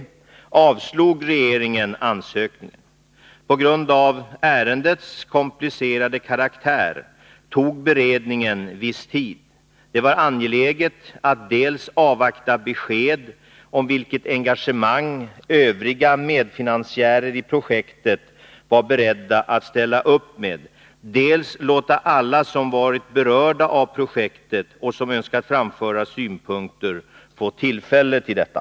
På grund av ärendets komplicerade karaktär tog beredningen viss tid. Det var angeläget att dels avvakta besked om vilket engagemang övriga medfinansiärer i projektet var beredda att ställa upp med, dels låta alla som varit berörda av projektet och som önskat framföra synpunkter få tillfälle till detta.